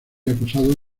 acusado